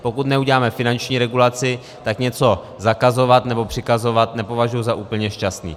Pokud neuděláme finanční regulaci, tak něco zakazovat nebo přikazovat nepovažuji za úplně šťastné.